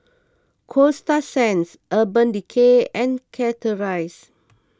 Coasta Sands Urban Decay and Chateraise